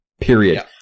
Period